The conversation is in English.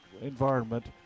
environment